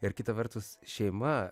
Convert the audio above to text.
ir kita vertus šeima